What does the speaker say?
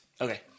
Okay